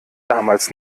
damals